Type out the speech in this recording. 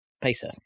Pacer